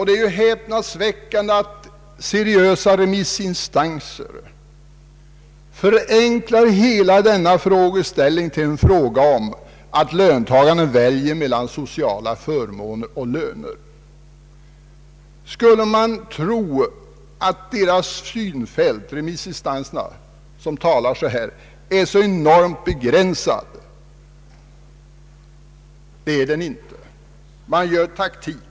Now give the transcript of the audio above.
Det är häpnadsväckande att seriösa remissinstanser förenklar hela frågeställningen till att gälla ett val för löntagarna mellan sociala förmåner och löner. Skulle man kunna tro att dessa remissinstansers synfält är så begränsat? Nej det är det inte; det är här fråga om taktik.